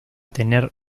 tener